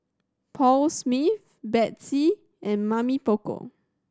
Paul Smith Betsy and Mamy Poko